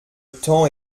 temps